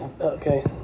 Okay